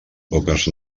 poques